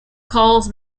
calls